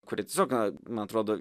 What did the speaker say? kur jie tiesiog na man atrodo